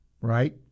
right